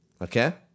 Okay